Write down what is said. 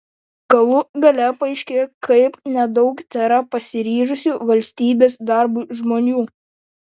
galų gale paaiškėjo kaip nedaug tėra pasiryžusių valstybės darbui žmonių